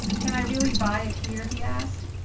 can i really buy it here? he asked.